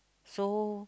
so